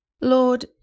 Lord